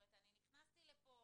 אני נכנסתי לפה